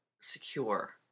secure